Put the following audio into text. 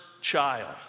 child